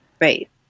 right